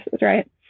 right